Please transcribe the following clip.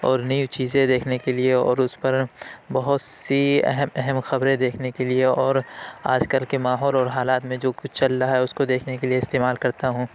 اور نئی چیزیں دیکھنے کے لیے اور اس پر بہت سی اہم اہم خبریں دیکھنے کے لیے اور آج کل کے ماحول اور حالات میں جو کچھ چل رہا ہے اس کو دیکھنے کے لیے استعمال کرتا ہوں